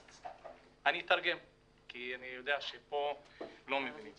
אני אתרגם, כי אני יודע שפה לא מבינים